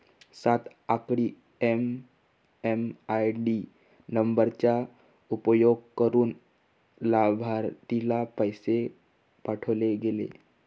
सात आकडी एम.एम.आय.डी नंबरचा उपयोग करुन अलाभार्थीला पैसे पाठवले गेले